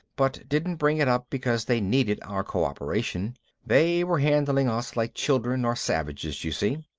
but didn't bring it up because they needed our cooperation they were handling us like children or savages, you see.